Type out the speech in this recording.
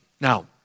Now